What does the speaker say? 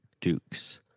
Dukes